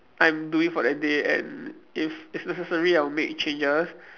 I'm doing for that day and if it's necessary I'll make changes